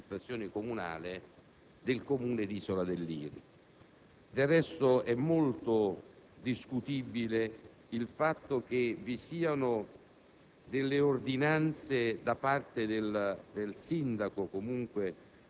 presa come un silenzio‑assenso da parte dell'amministrazione comunale del Comune di Isola del Liri. Del resto, è molto discutibile il fatto che vi siano